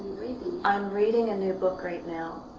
i'm reading a new book right now.